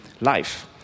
life